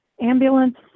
ambulance